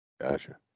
Gotcha